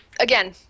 again